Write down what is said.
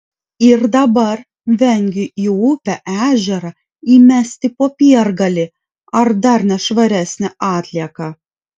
ir dabar vengiu į upę ežerą įmesti popiergalį ar dar nešvaresnę atlieką